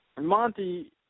Monty